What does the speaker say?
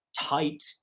tight